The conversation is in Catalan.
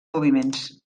moviments